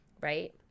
right